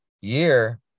year